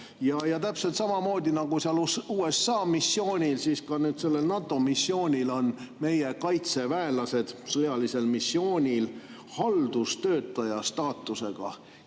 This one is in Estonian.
Aga täpselt samamoodi nagu seal USA [juhitaval] missioonil, ka sellel NATO missioonil on meie kaitseväelased sõjalisel missioonil haldustöötaja staatusega.